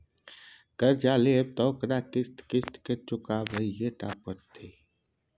कर्जा लेब त ओकरा किस्त किस्त कए केँ चुकबहिये टा पड़त